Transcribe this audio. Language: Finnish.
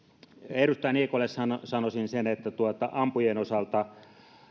edustaja niikolle sanoisin sen että ampujien osalta